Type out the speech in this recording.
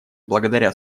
благодаря